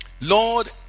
lord